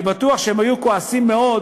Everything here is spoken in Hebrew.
אני בטוח שהם היו כועסים מאוד